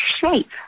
shape